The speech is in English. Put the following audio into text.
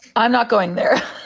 i'm not going there!